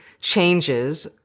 changes